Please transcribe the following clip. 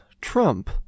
Trump